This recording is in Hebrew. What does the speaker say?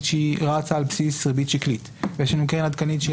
שהיא רצה על בסיס ריבית שקלית; ויש לנו קרן עדכנית שהיא